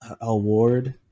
award